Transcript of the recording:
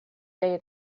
day